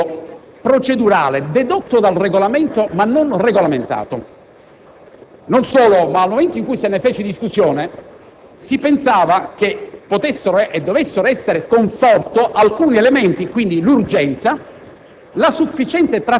è uno strumento procedurale dedotto dal Regolamento ma non regolamentato. Non solo, ma nel momento in cui se ne discusse, si pensava che potessero e dovessero esserne conforto alcuni elementi, quali l'urgenza,